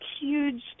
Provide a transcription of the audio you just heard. huge